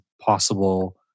possible